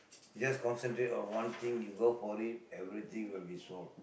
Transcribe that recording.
just concentrate on one thing you go for it everything will be solved